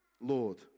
Lord